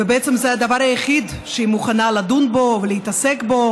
ובעצם זה הדבר היחיד שהיא מוכנה לדון בו ולהתעסק בו,